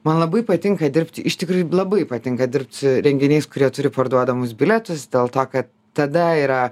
man labai patinka dirbti iš tikrųjų labai patinka dirbti renginiais kurie turi parduodamus bilietus dėl to kad tada yra